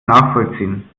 nachvollziehen